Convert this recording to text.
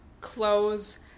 clothes